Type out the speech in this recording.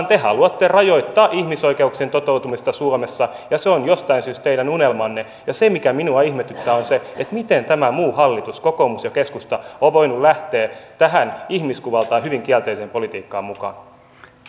te haluatte rajoittaa ihmisoikeuksien toteutumista suomessa ja se on jostain syystä teidän unelmanne ja se mikä minua ihmetyttää on se miten tämä muu hallitus kokoomus ja keskusta on voinut lähteä tähän ihmiskuvaltaan hyvin kielteiseen politiikkaan mukaan